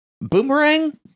Boomerang